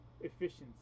efficiency